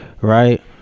right